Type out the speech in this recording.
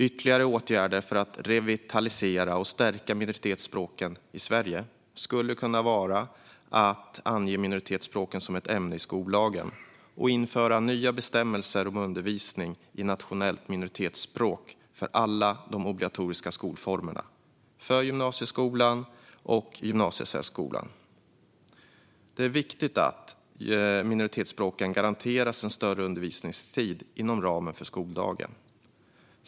Ytterligare åtgärder för att revitalisera och stärka minoritetsspråken i Sverige skulle kunna vara att ange minoritetsspråken som ett ämne i skollagen och införa nya bestämmelser om undervisning i nationellt minoritetsspråk för alla de obligatoriska skolformerna, gymnasieskolan och gymnasiesärskolan. Det är viktigt att minoritetsspråken garanteras en större undervisningstid inom ramen för skoldagen.